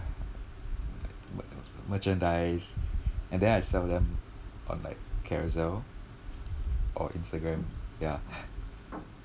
like merchandise and then I sell them on like carousell or instagram ya